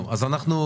קודם כול,